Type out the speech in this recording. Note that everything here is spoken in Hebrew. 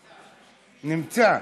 נמצא.